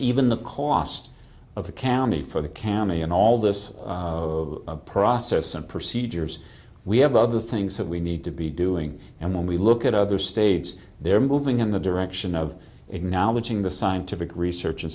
even the cost of the county for the camera in all this process and procedures we have other things that we need to be doing and when we look at other states they're moving in the direction of acknowledging the scientific research and